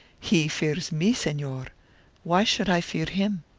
he fears me, senor why should i fear him?